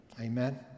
Amen